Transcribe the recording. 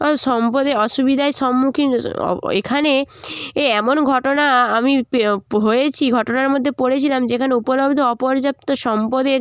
সম্পদের অসুবিধায় সম্মুখীন এখানে এ এমন ঘটনা আআমি হয়েছি ঘটনার মধ্যে পড়েছিলাম যেখানে উপলব্ধ অপর্যাপ্ত সম্পদের